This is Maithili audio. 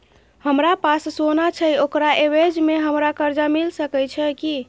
हमरा पास सोना छै ओकरा एवज में हमरा कर्जा मिल सके छै की?